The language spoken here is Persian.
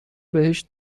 بهش